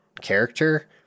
character